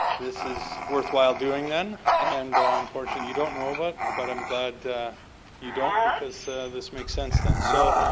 this is worthwhile doing then. and unfortunately you don't know but but i'm glad you don't because this makes sense then. so